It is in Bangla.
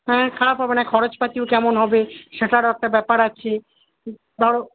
হ্যাঁ খারাপ হবে না খরচপাতিও কেমন হবে সেটারও একটা ব্যাপার আছে তাও